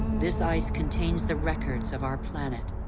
this ice contains the records of our planet.